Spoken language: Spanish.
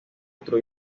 otro